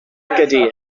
ydy